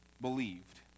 believed